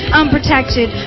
unprotected